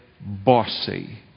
bossy